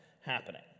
happening